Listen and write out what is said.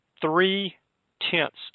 three-tenths